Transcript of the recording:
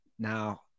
Now